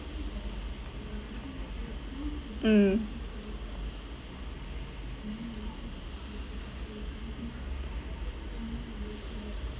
mm